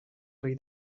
rei